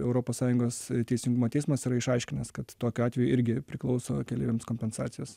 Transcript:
europos sąjungos teisingumo teismas yra išaiškinęs kad tokiu atveju irgi priklauso keleiviams kompensacijos